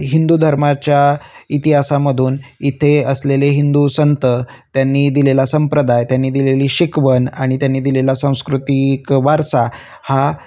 हिंदू धर्माच्या इतिहासामधून इथे असलेले हिंदू संत त्यांनी दिलेला संप्रदाय त्यांनी दिलेली शिकवण आणि त्यांनी दिलेला सांस्कृतिक वारसा हा